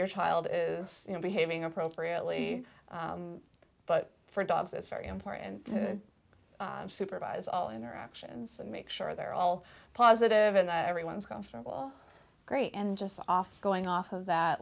your child is you know behaving appropriately but for dogs it's very important to supervise all interactions and make sure they're all positive and that everyone is comfortable great and just off going off of that